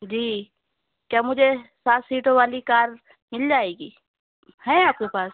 جی کیا مجھے سات سیٹوں والی کار مل جائے گی ہیں آپ کے پاس